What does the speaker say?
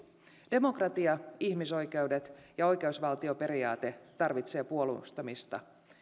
demokratia ihmisoikeudet ja oikeusvaltioperiaate tarvitsevat puolustamista